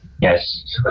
Yes